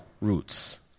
roots